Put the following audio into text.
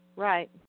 Right